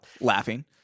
Laughing